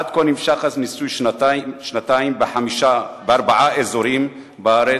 עד כה נמשך הניסוי שנתיים בארבעה אזורים בארץ.